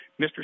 Mr